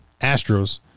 Astros